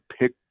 pick